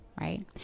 right